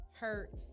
hurt